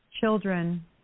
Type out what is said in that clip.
children